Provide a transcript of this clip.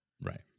Right